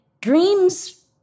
dreams